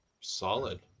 solid